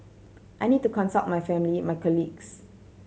I need to consult my family my colleagues